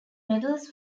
medals